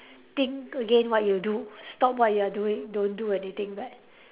think again what you do stop what you are doing don't do anything bad